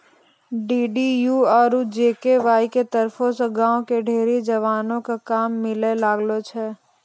DDU आरु GKY के तरफो से गांव के ढेरी जवानो क काम मिलै लागलो छै